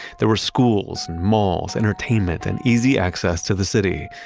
there were schools malls, entertainment and easy access to the city.